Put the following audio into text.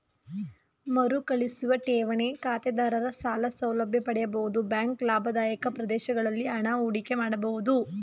ಮರುಕಳಿಸುವ ಠೇವಣಿ ಖಾತೆದಾರರ ಸಾಲ ಸೌಲಭ್ಯ ಪಡೆಯಬಹುದು ಬ್ಯಾಂಕ್ ಲಾಭದಾಯಕ ಪ್ರದೇಶಗಳಲ್ಲಿ ಹಣ ಹೂಡಿಕೆ ಮಾಡಬಹುದು